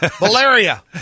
Malaria